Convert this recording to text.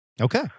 Okay